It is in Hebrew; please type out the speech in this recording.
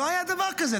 לא היה דבר כזה.